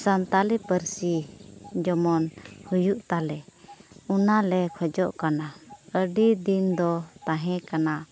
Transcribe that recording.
ᱥᱟᱱᱛᱟᱞᱤ ᱯᱟᱹᱨᱥᱤ ᱡᱮᱢᱚᱱ ᱦᱩᱭᱩᱜ ᱛᱟᱞᱮ ᱚᱱᱟᱞᱮ ᱠᱷᱚᱡᱚᱜ ᱠᱟᱱᱟ ᱟᱹᱰᱤ ᱫᱤᱱ ᱫᱚ ᱛᱟᱦᱮᱸ ᱠᱟᱱᱟ